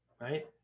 right